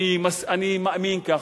אני מאמין ככה,